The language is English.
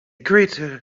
great